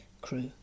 Crew